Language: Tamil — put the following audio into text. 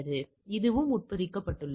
இதுவும் உட்பொதிக்கப்பட்டுள்ளது